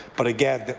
but, again,